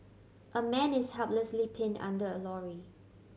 a man is helplessly pinned under a lorry